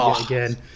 again